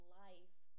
life